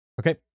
Okay